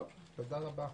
תודה רבה.